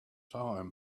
time